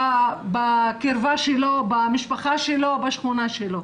בקרבה שלו, במשפחה שלו, בשכונה שלו.